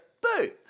boo